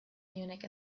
munich